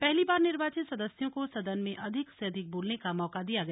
पहली बार निर्वाचित सदस्यों को सदन में अधिक से अधिक बोलने का मौका दिया गया